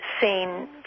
seen